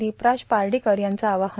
दीपराज पार्डीकर यांचं आवाहन